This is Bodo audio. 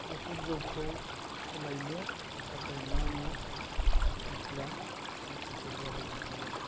गुफुर जौखौ सोलायनो थाखाय मा मा मस्ला मस्लिफोर बाहायनो हागोन